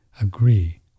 agree